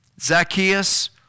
Zacchaeus